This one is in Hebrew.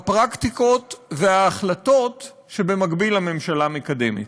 הפרקטיקות וההחלטות שבמקביל הממשלה מקדמת.